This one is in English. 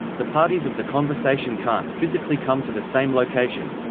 the parties of the conversation can't physically come to the same location